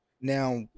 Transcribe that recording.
now